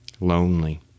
Lonely